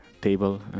table